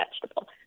vegetable